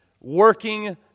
working